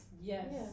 Yes